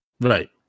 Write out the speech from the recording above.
right